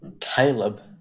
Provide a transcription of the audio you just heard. Caleb